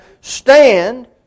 stand